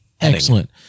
Excellent